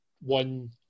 One